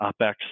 OpEx